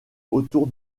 autour